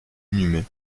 inhumées